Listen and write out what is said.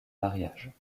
mariage